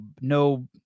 no